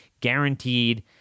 guaranteed